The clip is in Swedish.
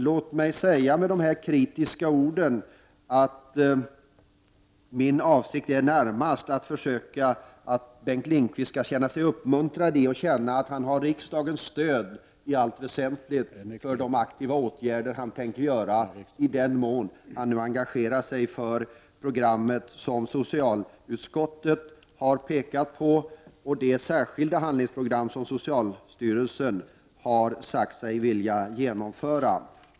Låt mig ändå säga att min avsikt med dessa kritiska ord närmast är att Bengt Lindqvist skall känna sig uppmuntrad och känna att han har riksdagens stöd i allt väsentligt för de aktiva åtgärder han tänker vidta, i den mån han nu engagerar sig för det program som socialutskottet har pekat på och det särskilda handlingsprogram som socialstyrelsen har sagt sig vilja genomföra.